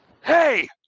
Hey